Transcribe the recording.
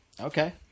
Okay